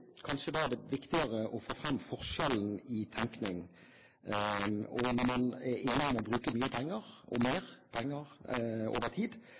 kanskje viktigere å få fram forskjellen i tenkningen. Når man er enige om å bruke mye penger, og mer penger over tid,